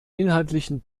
inhaltlichen